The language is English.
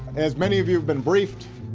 as many of you have been briefed,